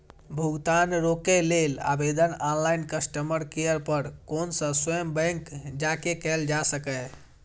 भुगतान रोकै लेल आवेदन ऑनलाइन, कस्टमर केयर पर फोन सं स्वयं बैंक जाके कैल जा सकैए